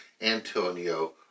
Antonio